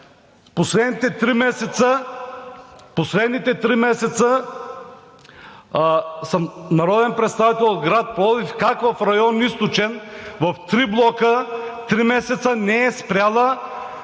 последните три месеца съм народен представител от град Пловдив – как в район „Източен“ в три блока три месеца не е спряла